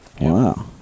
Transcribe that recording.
Wow